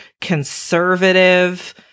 conservative